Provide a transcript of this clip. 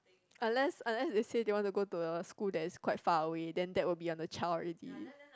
unless unless they say they want to go to a school that is quite far away then that will be on the child already